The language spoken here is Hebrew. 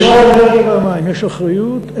האנרגיה והמים יש אחריות,